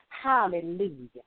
Hallelujah